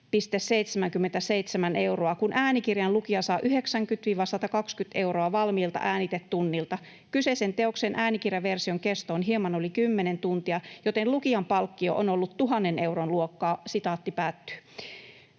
kun äänikirjan lukija saa 90—120 euroa valmiilta äänitetunnilta. Kyseisen teoksen äänikirjaversion kesto on hieman yli 10 tuntia, joten lukijan palkkio on ollut 1 000 euron luokkaa.” Edellä